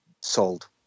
sold